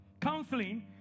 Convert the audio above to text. Counseling